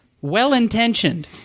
well-intentioned